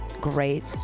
great